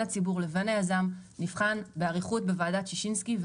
הציבור ליזם נבחן באריכות בוועדת ששינסקי,